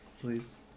Please